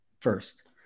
first